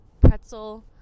pretzel